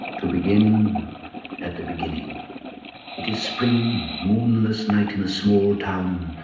to begin at the beginning it is spring, moonless night in the small town,